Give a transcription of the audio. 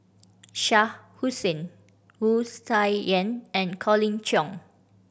Shah Hussain Wu Tsai Yen and Colin Cheong